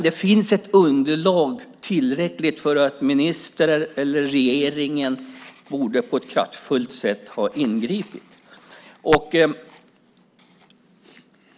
Det finns ett underlag som är tillräckligt för att ministern eller regeringen på ett kraftfullt sätt borde ha ingripit.